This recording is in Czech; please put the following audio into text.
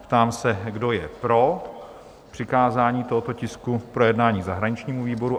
Ptám se, kdo je pro přikázání tohoto tisku k projednání zahraničnímu výboru?